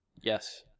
Yes